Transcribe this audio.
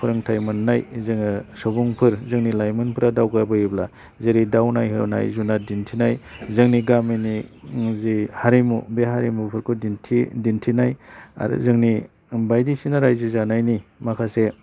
फोरोंथाय मोननाय जोङो सुबुंफोर जोंनि लाइमोनफोरा दावगाबोयोब्ला जेरै दाउ नायहोनाय जुनार दिन्थिनाय जोंनि गामिनि जे हारिमु बे हारिमुफोरखौ दिन्थिनाय आरो जोंनि बायदिसिना राज्यो जानायनि माखासे